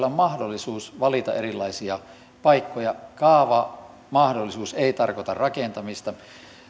on mahdollisuus valita erilaisia paikkoja kaavamahdollisuus ei tarkoita rakentamista